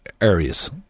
areas